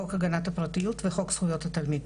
חוק הגנת הפרטיות וחוק זכויות התלמיד.